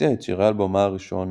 שהוציאה את אלבומה הראשון